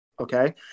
okay